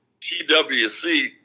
twc